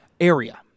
area